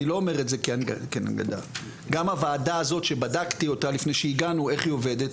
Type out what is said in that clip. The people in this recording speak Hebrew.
גם הוועדה הזאת שבדקתי אותה לפני שהגענו איך היא עובדת,